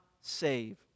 save